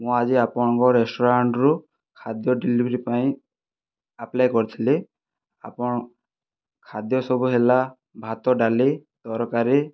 ମୁଁ ଆଜି ଆପଣଙ୍କ ରେଷ୍ଟରୁରାଣ୍ଟରୁ ଖାଦ୍ୟ ଡେଲିଭରି ପାଇଁ ଆପ୍ଲାଏ କରିଥିଲି ଆପଣ ଖାଦ୍ୟ ସବୁ ହେଲା ଭାତ ଡାଲି ତରକାରୀ